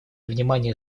внимания